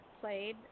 played